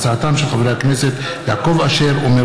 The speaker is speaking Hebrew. תודה.